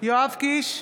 יואב קיש,